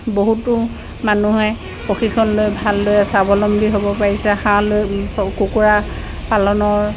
বহুতো মানুহে প্ৰশিক্ষণ লৈ ভালদৰে স্বাৱলম্বী হ'ব পাৰিছে হাঁহলৈ কুকুৰা পালনৰ